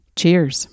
cheers